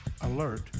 Alert